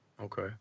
okay